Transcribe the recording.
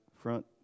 front